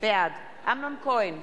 בעד אמנון כהן,